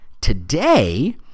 today